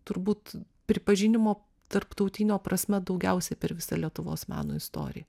turbūt pripažinimo tarptautinio prasme daugiausiai per visą lietuvos meno istoriją